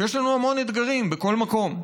ויש לנו המון אתגרים בכל מקום.